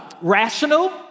rational